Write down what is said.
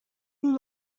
who